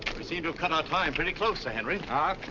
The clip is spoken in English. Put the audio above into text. seemed to cut our time pretty close, sir henry. ha?